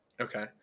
Okay